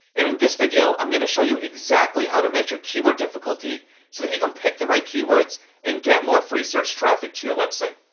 in this video, i'm going to show you exactly how to measure keyword difficulty so that you can pick the right keywords and get more free search traffic to your website.